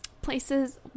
Places